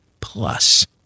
plus